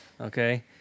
Okay